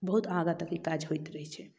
बहुत आगाँ तक ई काज होइत रहै छै